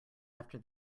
after